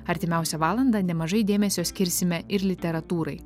artimiausią valandą nemažai dėmesio skirsime ir literatūrai